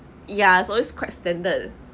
ya it's always quite standard